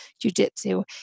Jiu-Jitsu